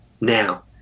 now